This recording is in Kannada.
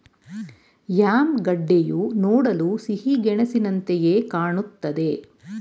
ಯಾಮ್ ಗೆಡ್ಡೆಯು ನೋಡಲು ಸಿಹಿಗೆಣಸಿನಂತೆಯೆ ಕಾಣುತ್ತದೆ